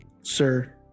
sir